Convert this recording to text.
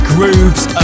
Grooves